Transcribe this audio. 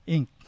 Inc